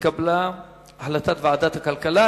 נתקבלה החלטת ועדת הכלכלה.